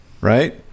right